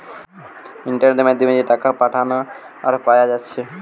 ইন্টারনেটের মাধ্যমে যে টাকা পাঠানা আর পায়া যাচ্ছে